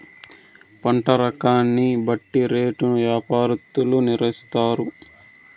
పంట రకాన్ని బట్టి రేటును యాపారత్తులు నిర్ణయిత్తారు